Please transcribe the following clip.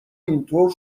اینطور